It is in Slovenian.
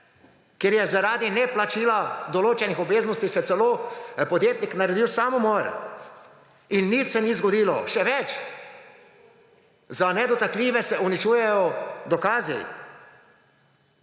kjer je zaradi neplačila določenih obveznosti celo podjetnik naredil samomor? In nič se ni zgodilo. Še več, za nedotakljive se uničujejo dokazi.